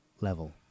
level